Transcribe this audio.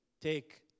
take